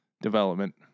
development